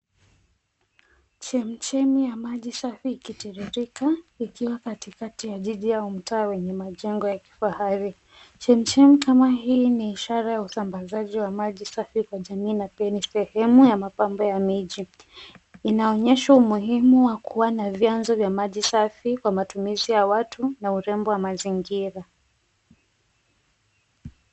Chemichemi ya maji safi ikitiririka, ikiwa katikati ya jiji au mtaa wenye majengo ya kifahari. Chemichemi kama hii ni ishara ya usambazaji wa maji safi kwa jamii na kwenye sehemu ya mapambo ya miji. Inaonyesha umuhimu wa kuwa na vyanzo vya maji safi kwa matumizi ya watu na urembo wa mazingira.